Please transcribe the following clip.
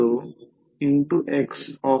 44 f ∅m म्हणजे 100 4